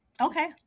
Okay